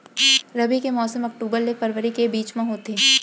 रबी के मौसम अक्टूबर ले फरवरी के बीच मा होथे